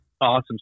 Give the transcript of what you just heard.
awesome